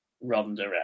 Ronda